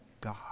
God